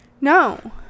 no